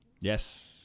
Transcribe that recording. Yes